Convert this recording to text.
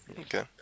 Okay